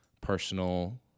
personal